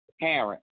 parent